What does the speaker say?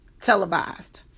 televised